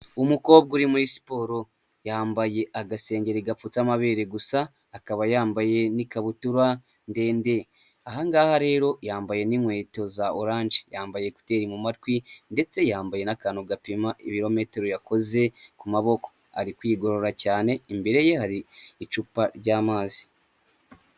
Umukobwa uri muri siporo, yambaye agasengeri gapfuca amabere gusa, akaba yambaye n'ikabutura ndende aha ngaha rero yambaye n'inkweto za oranje yambaye ekuteri mu matwi ndetse yambaye, akantu gapima ibirometero yakoze ku maboko, ari kwigorora cyane, imbere ye hari icupa ry'amazi.